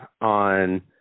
on